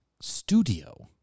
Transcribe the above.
studio